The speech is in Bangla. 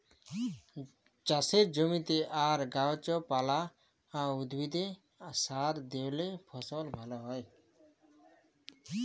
চাষের জমিতে আর গাহাচ পালা, উদ্ভিদে সার দিইলে ফসল ভাল হ্যয়